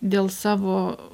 dėl savo